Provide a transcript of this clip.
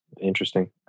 Interesting